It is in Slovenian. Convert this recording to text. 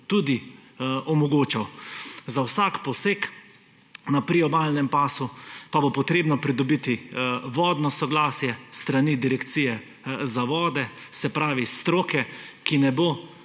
tudi omogočal. Za vsak poseg na priobalnem pasu pa bo potrebno pridobiti vodno soglasje s strani Direkcije za vode ‒ se pravi stroke ‒, ki ne bo